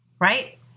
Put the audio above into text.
right